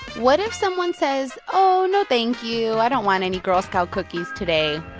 what if someone says, oh, no thank you i don't want any girl scout cookies today?